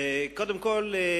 קודם כול,